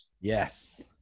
Yes